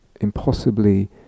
impossibly